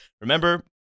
Remember